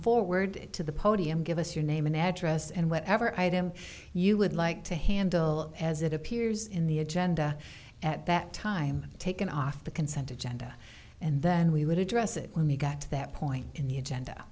forward to the podium give us your name and address and whatever item you would like to handle as it appears in the agenda at that time taken off the consent agenda and then we would address it when we got to that point in the agenda